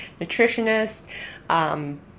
nutritionist